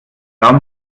raum